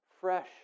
fresh